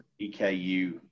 EKU